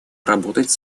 работать